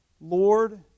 Lord